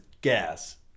gas